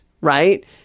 right